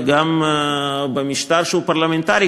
וגם במשטר שהוא פרלמנטרי,